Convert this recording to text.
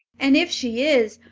and if she is,